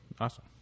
Awesome